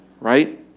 right